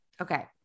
Okay